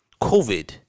COVID